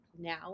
now